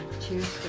Tuesday